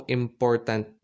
important